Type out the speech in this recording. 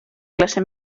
classe